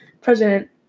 president